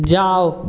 जाओ